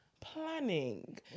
planning